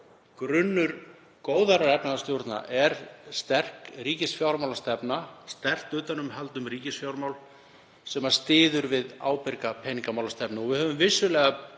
grunnur góðrar efnahagsstjórnar er sterk ríkisfjármálastefna, sterkt utanumhald um ríkisfjármál sem styður við ábyrga peningamálastefnu, og við höfum vissulega